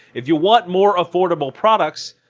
if you want more affordable products,